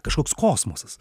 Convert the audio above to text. kažkoks kosmosas